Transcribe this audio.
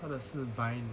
他的 food vine